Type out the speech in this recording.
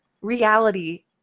reality